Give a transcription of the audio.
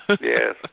Yes